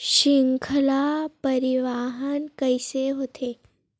श्रृंखला परिवाहन कइसे होथे?